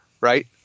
right